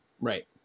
Right